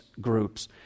groups